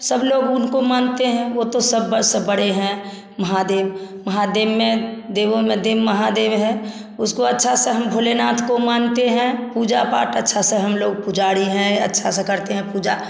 सब लोग उनको मानते हैं वो तो सब ब सब बड़े हैं महादेव में महादेव देवों में देव महादेव है उसको अच्छा सा हम भोलेनाथ को मानते हैं पूजा पाठ अच्छा से हम लोग पुजारी हैं अच्छा सा करते हैं पूजा